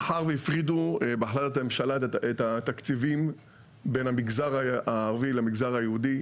מאחר והפרידו בהחלטת הממשלה את התקציבים בין המגזר היהודי למגזר הערבי,